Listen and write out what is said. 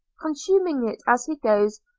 consuming it as he goes,